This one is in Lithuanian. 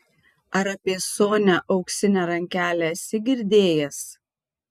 ar apie sonią auksinę rankelę esi girdėjęs